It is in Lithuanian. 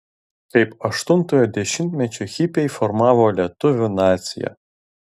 kaip aštuntojo dešimtmečio hipiai formavo lietuvių naciją